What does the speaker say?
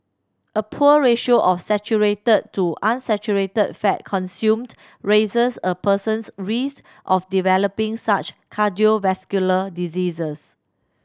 a poor ratio of saturated to unsaturated fat consumed raises a person's risk of developing such cardiovascular diseases